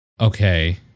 Okay